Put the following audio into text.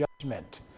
judgment